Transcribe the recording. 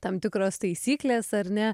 tam tikros taisyklės ar ne